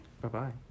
Bye-bye